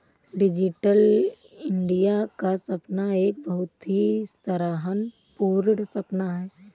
digital India का सपना एक बहुत ही सराहना पूर्ण सपना है